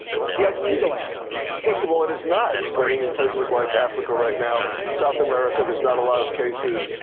let's see. ah siegel answered first of all, it is not spreading in places like africa right now, south america. there's not a lot of cases.